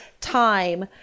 time